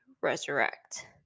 resurrect